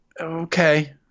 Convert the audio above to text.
Okay